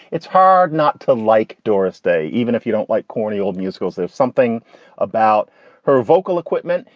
it's hard not to like doris day, even if you don't like corny old musicals. there's something about her vocal equipment.